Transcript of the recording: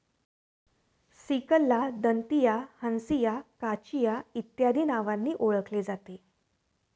सिकलला दंतिया, हंसिया, काचिया इत्यादी नावांनी ओळखले जाते